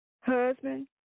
Husband